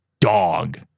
dog